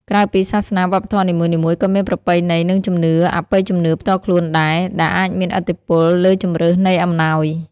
ក្រៅពីសាសនា វប្បធម៌នីមួយៗក៏មានប្រពៃណី និងជំនឿអបិយជំនឿផ្ទាល់ខ្លួនដែរ ដែលអាចមានឥទ្ធិពលលើជម្រើសនៃអំណោយ។